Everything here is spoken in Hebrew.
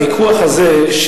הוויכוח הזה,